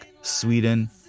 Sweden